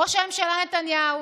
ראש הממשלה נתניהו